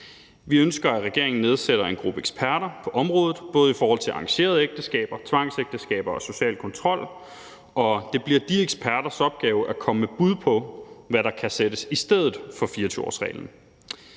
Vi ønsker, at regeringen nedsætter en gruppe eksperter på området, både i forhold til arrangerede ægteskaber, tvangsægteskaber og social kontrol, og det bliver de eksperters opgave at komme med bud på, hvad der kan sættes i stedet for 24-årsreglen.